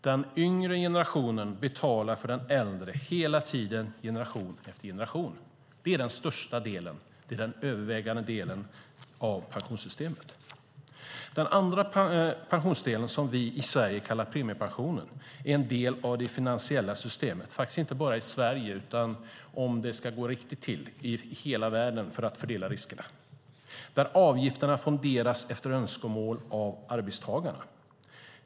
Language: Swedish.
Den yngre generationen betalar för den äldre hela tiden, generation efter generation. Det är den största och övervägande delen av pensionssystemet. Det andra pensionssystemet, som vi i Sverige kallar premiepensionen, är en del av det finansiella systemet, inte bara i Sverige utan i hela världen, om det ska gå riktigt till, för att fördela riskerna. Avgifterna fonderas efter önskemål från arbetstagarna.